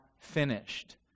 finished